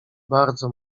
bardzo